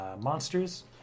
monsters